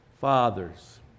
fathers